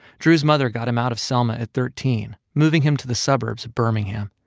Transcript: drew's mother got him out of selma at thirteen, moving him to the suburbs of birmingham.